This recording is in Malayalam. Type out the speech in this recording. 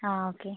ആ ഓക്കെ